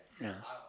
ya